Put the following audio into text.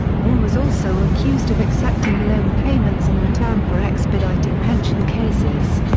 raum was also accused of accepting loan payments in return for expediting pension cases.